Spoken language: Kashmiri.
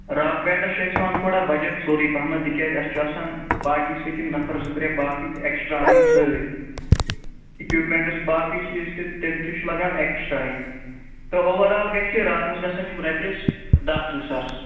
راک بینٛڈَس چھِ اَسہِ ہٮ۪وان تھوڑا بجَٹ ژوٚرُے پَہمَتھ تِکیٛازِ اَسہِ چھُ آسان پاٹی سۭتۍ یِم نفر زٕ ترٛےٚ باقٕے تہِ اٮ۪کٕسٹرٛا اَنٕنۍ سۭتۍ اِکیوٗپمٮ۪نٛٹٕس باقٕے چیٖز تہِ تِم تہِ چھُ لَگان اٮ۪کٕسٹرٛا ہٕے تہٕ اوٚوَر آل گژھِ یہِ راتَس گژھن یِم رۄپیَس دَہ تٕرٛہ ساس